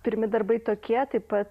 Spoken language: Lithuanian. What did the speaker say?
pirmi darbai tokie taip pat